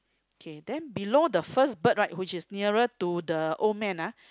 okay then below the first bird right which is nearer to the old man ah